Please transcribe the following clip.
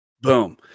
Boom